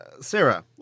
Sarah